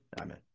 Amen